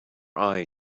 eye